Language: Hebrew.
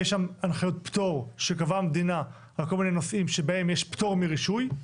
יש שם הנחיות פטור שקבעה המדינה על כל מיני נושאים שבהם יש פטור מרישוי.